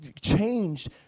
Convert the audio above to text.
changed